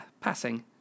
passing